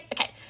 okay